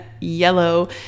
yellow